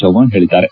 ಚವ್ಹಾಣ್ ಹೇಳಿದ್ದಾರೆ